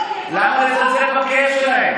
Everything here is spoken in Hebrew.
לא, כי, למה לזלזל בכאב שלהם?